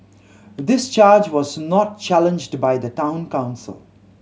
this charge was not challenged by the Town Council